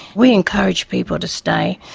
we encourage people to stay,